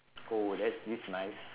oh that is nice